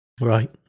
Right